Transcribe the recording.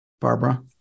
Barbara